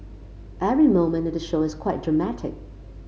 every moment in the show is quite dramatic